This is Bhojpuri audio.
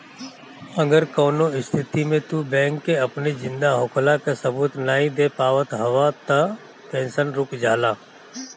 अगर कवनो स्थिति में तू बैंक के अपनी जिंदा होखला कअ सबूत नाइ दे पावत हवअ तअ पेंशन रुक जाला